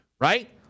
right